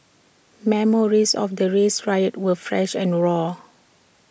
memories of the race riots were fresh and raw